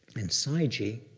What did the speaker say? and sayagyi,